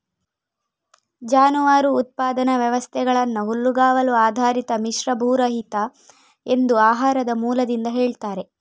ಜಾನುವಾರು ಉತ್ಪಾದನಾ ವ್ಯವಸ್ಥೆಗಳನ್ನ ಹುಲ್ಲುಗಾವಲು ಆಧಾರಿತ, ಮಿಶ್ರ, ಭೂರಹಿತ ಎಂದು ಆಹಾರದ ಮೂಲದಿಂದ ಹೇಳ್ತಾರೆ